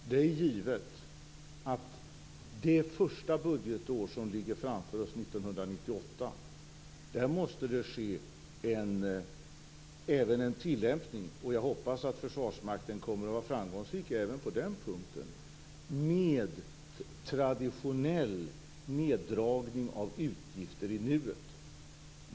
Fru talman! Det är givet att det under det första budgetår som ligger framför oss, år 1998, måste ske även en tillämpning - och jag hoppas att Försvarsmakten kommer att vara framgångsrik även på den punkten - med traditionell neddragning av utgifter i nuet.